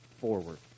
forward